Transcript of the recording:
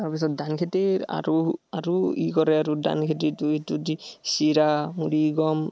তাৰপিছত ধান খেতিৰ আৰু আৰু ই কৰে আৰু ধান খেতিটো এইটো দি চিৰা মুড়ি গম